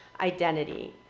identity